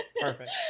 perfect